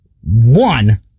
one